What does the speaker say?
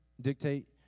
dictate